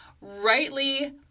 rightly